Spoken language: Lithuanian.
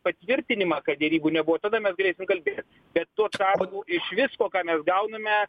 patvirtinimą kad derybų nebuvo tada mes galėsim kalbėt bet tuo tarpu iš visko ką mes gauname